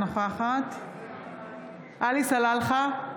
נוכחת עלי סלאלחה,